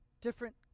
different